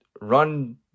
run